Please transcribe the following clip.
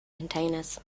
containers